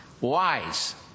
wise